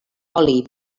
oli